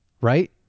right